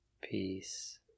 peace